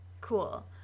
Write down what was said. cool